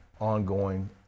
ongoing